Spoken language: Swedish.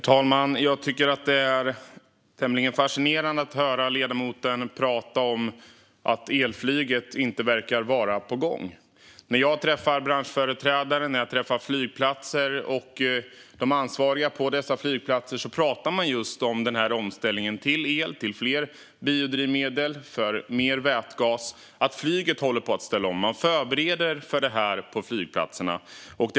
Herr talman! Det är tämligen fascinerande att höra ledamoten prata om att elflyget inte verkar vara på gång. När jag träffar branschföreträdare och ansvariga på dessa flygplatser pratar de just om omställningen till el, till fler biodrivmedel och till mer vätgas. Flyget ställer om, och man förbereder på flygplatserna.